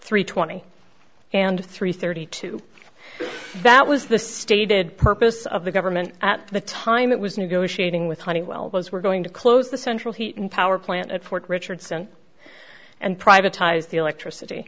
three twenty and three thirty two that was the stated purpose of the government at the time it was negotiating with honeywell those were going to close the central heat and power plant at fort richardson and privatized the electricity